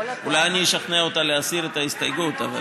אולי אני אשכנע אותה להסיר את ההסתייגות.